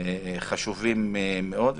חשובים מאוד,